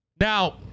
Now